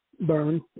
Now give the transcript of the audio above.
burn